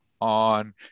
on